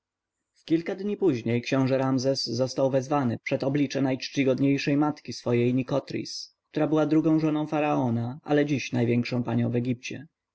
kilka dni później książę ramzes został wezwany przed oblicze najczcigodniejszej matki swojej nikotris która była drugą żoną faraona ale dziś największą panią w egipcie